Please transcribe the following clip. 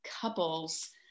couples